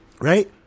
Right